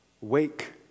wake